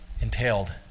entailed